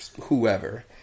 whoever